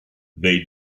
they